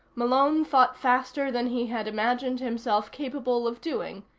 malone thought faster than he had imagined himself capable of doing,